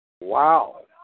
Wow